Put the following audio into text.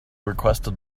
requested